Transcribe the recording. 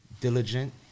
diligent